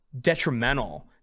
detrimental